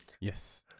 Yes